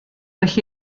well